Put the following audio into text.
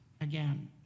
again